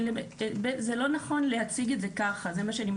זה לא נכון להציג את זה כך,